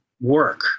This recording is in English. work